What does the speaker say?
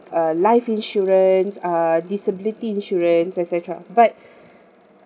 uh life insurance uh disability insurance et cetera but